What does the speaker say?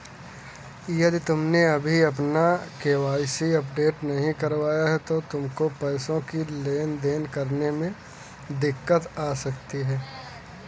यदि तुमने अभी अपना के.वाई.सी अपडेट नहीं करवाया तो तुमको पैसों की लेन देन करने में दिक्कत आ सकती है